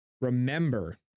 remember